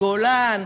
בגולן,